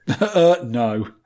No